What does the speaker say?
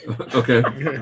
Okay